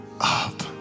up